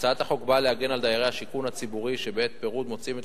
הצעת החוק באה להגן על דיירי השיכון הציבורי שבעת פירוד מוצאים את